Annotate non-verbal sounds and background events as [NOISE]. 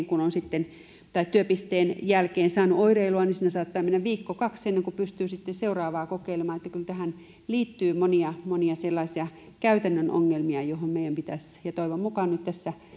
[UNINTELLIGIBLE] kun yhden työpisteen jälkeen on saanut oireilua siinä saattaa mennä viikko kaksi ennen kuin pystyy sitten seuraavaa kokeilemaan että kyllä tähän liittyy monia monia sellaisia käytännön ongelmia joihin meidän pitäisi löytää pikaisesti ne ratkaisut ja toivon mukaan nyt löydetään tässä